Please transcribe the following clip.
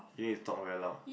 you need to talk very loud